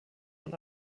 von